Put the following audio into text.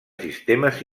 sistemes